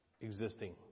existing